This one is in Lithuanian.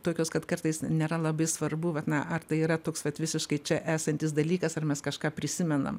tokios kad kartais nėra labai svarbu vat na ar tai yra toks vat visiškai čia esantis dalykas ar mes kažką prisimenam